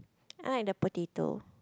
I like the potato